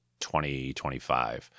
2025